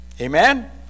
Amen